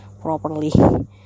properly